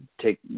take